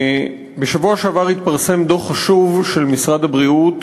חשוב של משרד הבריאות